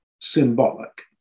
symbolic